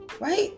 right